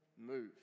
move